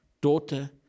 daughter